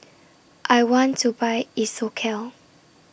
I want to Buy Isocal